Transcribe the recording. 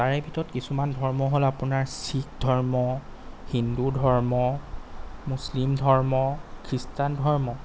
তাৰে ভিতৰত কিছুমান ধৰ্ম হ'ল আপোনাৰ শিখ ধৰ্ম হিন্দু ধৰ্ম মুছলিম ধৰ্ম খ্ৰীষ্টান ধৰ্ম